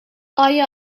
آیا